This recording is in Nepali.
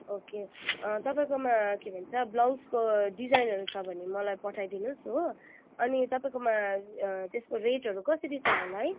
ओके तपाईँकोमा के भन्छ ब्लाउजको डिजाइनहरू छ भने मलाई पठाइदिनोस् हो अनि तपाईँकोमा त्यसको रेटहरू कसरी छ होला है